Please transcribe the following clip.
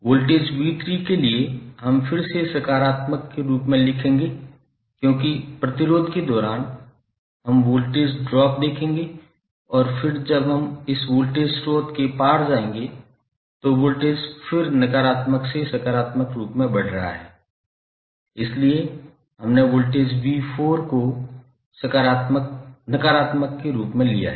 voltage v3 के लिए हम फिर से सकारात्मक के रूप में लिखेंगे क्योंकि प्रतिरोध के दौरान हम वोल्टेज ड्रॉप देखेंगे और फिर जब हम इस वोल्टेज स्रोत के पार जाएंगे तो वोल्टेज फिर नकारात्मक से सकारात्मक रूप में बढ़ रहा है इसलिए हमने वोल्टेज v4 को नकारात्मक के रूप में लिया है